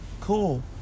Cool